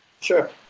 Sure